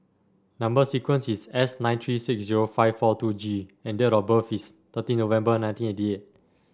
number sequence is S nine three six zero five four two G and date of birth is thirteen November nineteen eighty eight